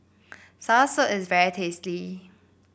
soursop is very tasty